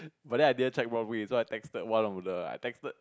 but then I didn't check where we so I text back one of the I text back